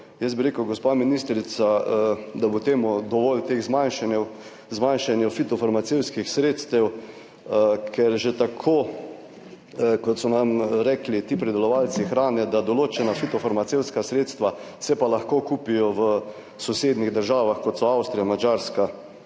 jaz bi rekel, gospa ministrica, da bo temu dovolj teh zmanjšanju fitofarmacevtskih sredstev, ker že tako kot so nam rekli ti pridelovalci hrane, da določena fitofarmacevtska sredstva se pa lahko kupijo v sosednjih državah, kot so Avstrija, Madžarska